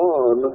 on